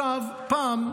פעם,